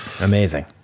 Amazing